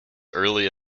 early